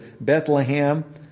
Bethlehem